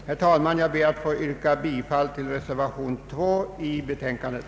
Jag ber, herr talman, att få yrka bifall till reservationen II i betänkandet.